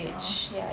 a'ah